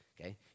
okay